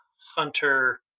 hunter